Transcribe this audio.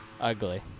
ugly